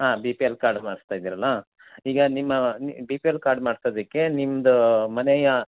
ಹಾಂ B P L card ಮಾಡಿಸ್ತ ಇದ್ದೀರಲ್ಲ ಈಗ ನಿಮ್ಮ ನಿ ಬಿ ಪಿ ಎಲ್ ಕಾರ್ಡ್ ಮಾಡ್ಸದಿಕ್ಕೆ ನಿಮ್ಮದು ಮನೆಯ